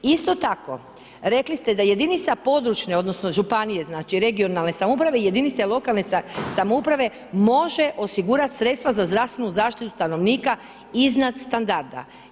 Isto tako rekli ste da jedinica područne odnosno županije znači regionalne samouprave jedinice lokalne samouprave može osigurati sredstva za zdravstvenu zaštitu stanovnika iznad standarda.